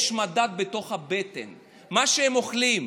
יש מדד בתוך הבטן, מה שהם אוכלים.